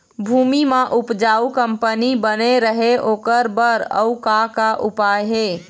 भूमि म उपजाऊ कंपनी बने रहे ओकर बर अउ का का उपाय हे?